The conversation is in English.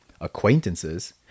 acquaintances